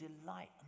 delight